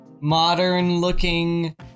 modern-looking